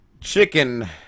chicken